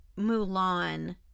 Mulan